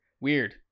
Weird